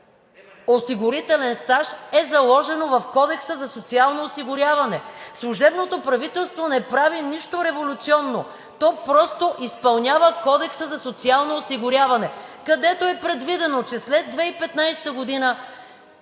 осигурителен стаж е заложено в Кодекса за социално осигуряване. Служебното правителство не прави нищо революционно. То просто изпълнява Кодекса за социално осигуряване, където е предвидено, че след 2015 г.